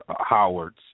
Howards